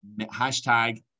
Hashtag